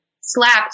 slapped